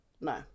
No